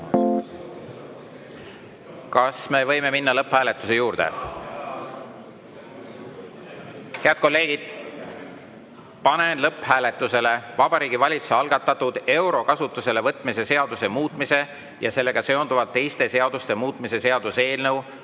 läbi eelnõu 399 lõpphääletus. Head kolleegid, panen lõpphääletusele Vabariigi Valitsuse algatatud euro kasutusele võtmise seaduse muutmise ja sellega seonduvalt teiste seaduste muutmise seaduse eelnõu